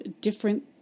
different